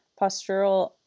postural